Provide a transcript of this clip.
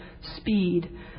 speed